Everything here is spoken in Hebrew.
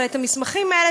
אבל את המסמכים האלה,